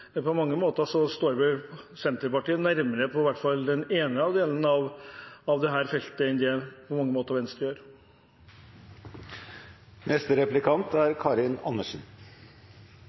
på integreringssiden. Det er vel ingen overraskelse. På mange måter står vel Senterpartiet nærmere, i hvert fall på den ene delen av dette feltet, enn det Venstre gjør.